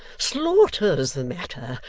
slaughter's the matter!